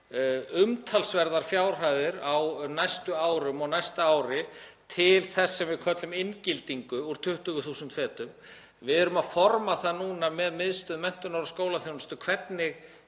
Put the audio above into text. umtalsverðar fjárhæðir á næstu árum og á næsta ári til þess sem við köllum inngildingu, úr 20.000 fetum. Við erum að forma það núna með Miðstöð menntunar og skólaþjónustu hvernig